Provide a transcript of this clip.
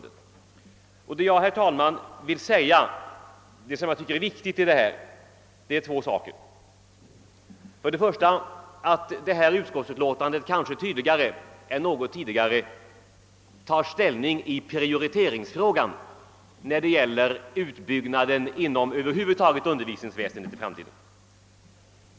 Det är enligt min mening två saker som är särskilt viktiga i utlåtandet. För det första har detta utskottsutlåtande kanske tydligare än något tidigare tagit ställning i prioriteringsfrågan beträffande den framtida utbyggnaden över huvud taget inom utbildningsväsendet.